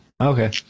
okay